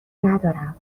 ندارم